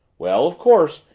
well, of course,